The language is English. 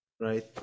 right